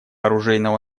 оружейного